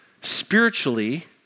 spiritually